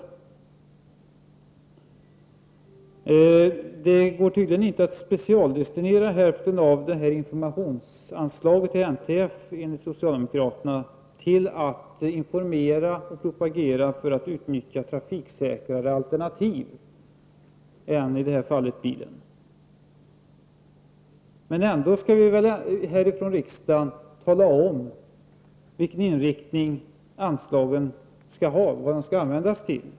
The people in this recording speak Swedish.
Enligt socialdemokraterna går det tydligen inte att specialdestinera hälften av NTF:s informationsanslag till att informera och propagera för ett utnyttjande av trafiksäkrare alternativ än bilen. Men vi skall väl ändå här i riks | dagen tala om vilken inriktning anslagen skall ha, vad de skall användas till.